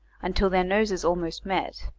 until their noses almost met,